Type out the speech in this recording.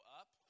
up